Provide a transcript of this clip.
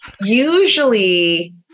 Usually